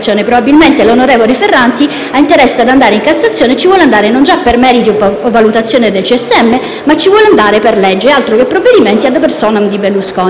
Probabilmente l'onorevole Ferranti ha interesse ad andare in Cassazione e ci vuole andare non già per meriti o per valutazione del CSM, ma ci vuole andare per legge, altro che i provvedimenti *ad personam* di Berlusconi